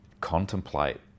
contemplate